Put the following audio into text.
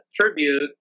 tribute